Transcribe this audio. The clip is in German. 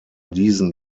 diesen